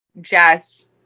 Jess